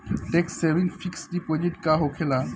Tax saving fix deposit का होखे ला?